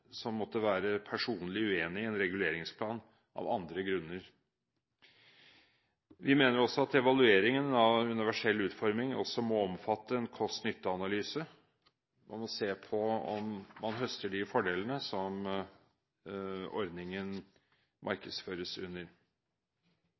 som måtte være personlig uenig i en reguleringsplan av andre grunner. Vi mener også at evalueringen av universell utforming må omfatte en kost-nytte-analyse. Man må se på om man høster de fordelene som ordningen